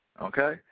Okay